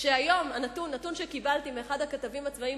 כשהיום הנתון שקיבלתי מאחד הכתבים הצבאיים